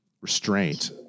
restraint